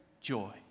joy